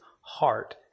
heart